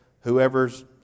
whoever's